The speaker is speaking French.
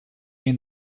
rien